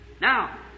Now